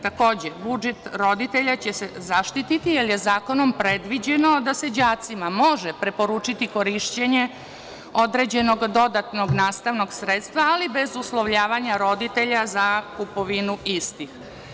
Takođe, budžet roditelja će se zaštiti jer je zakonom predviđeno da se đacima može preporučiti korišćenje određenog dodatnog nastavnog sredstva, ali bez uslovljavanja roditelja za kupovinu istih.